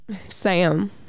sam